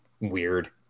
weird